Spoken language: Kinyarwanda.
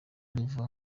riva